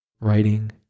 writing